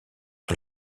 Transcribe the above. sur